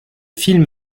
film